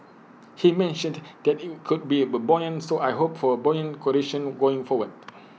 he mentioned that IT could be buoyant so I hope for A buoyant conditions going forward